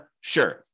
Sure